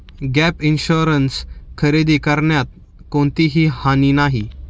gap insurance खरेदी करण्यात कोणतीही हानी नाही